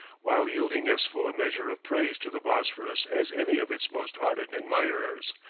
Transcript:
while yielding as full a measure of praise to the bosphorus as any of its most ardent admirers,